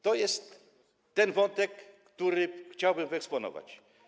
To jest ten wątek, który chciałbym wyeksponować.